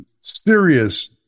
serious